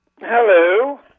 Hello